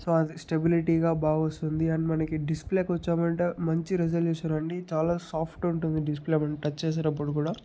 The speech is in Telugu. సో అది స్టెబిలిటీగా బాగొస్తుంది అండ్ మనకి డిస్ప్లేకి వచ్చామంటే మంచి రెజల్యూషన్ అండీ చాలా సాఫ్ట్ ఉంటుంది డిస్ప్లే మనకు టచ్ చేసేటప్పుడు కూడా